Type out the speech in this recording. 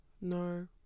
No